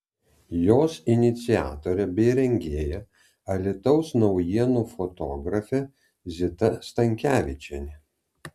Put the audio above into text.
jos iniciatorė bei rengėja alytaus naujienų fotografė zita stankevičienė